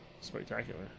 spectacular